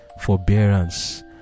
forbearance